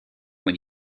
when